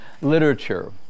literature